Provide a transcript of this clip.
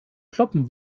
kloppen